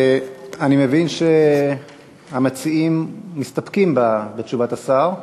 אני מבין שהמציעים מסתפקים בתשובת השר.